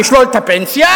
לשלול את הפנסיה,